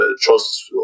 trust